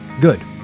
Good